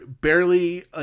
barely